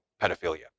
pedophilia